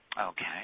Okay